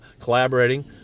collaborating